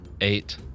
Eight